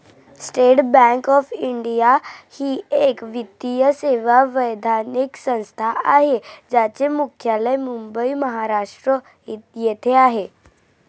state Bank of India ही एक वित्तीय सेवा वैधानिक संस्था आहे ज्याचे मुख्यालय मुंबई, महाराष्ट्र येथे आहे